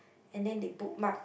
and then they bookmark